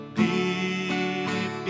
deep